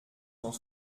cent